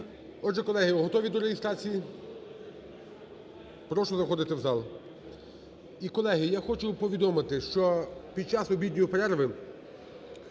Отже, колеги, готові до реєстрації? Прошу заходити в зал. І колеги, я хочу повідомити, що під час обідньої перерви